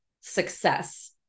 success